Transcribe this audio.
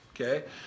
okay